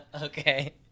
Okay